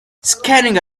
scanning